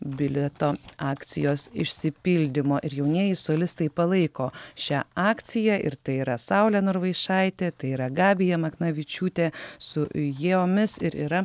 bilieto akcijos išsipildymo ir jaunieji solistai palaiko šią akciją ir tai yra saulė norvaišaitė tai yra gabija maknavičiūtė su jomis ir yra